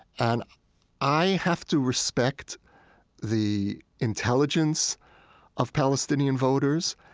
and i have to respect the intelligence of palestinian voters,